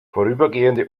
vorübergehende